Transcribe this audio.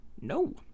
no